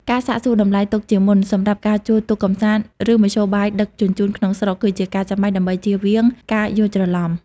ការសាកសួរតម្លៃទុកជាមុនសម្រាប់ការជួលទូកកម្សាន្ត ឬមធ្យោបាយដឹកជញ្ជូនក្នុងស្រុក គឺជាការចាំបាច់ដើម្បីជៀសវាងការយល់ច្រឡំ។